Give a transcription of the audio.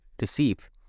receive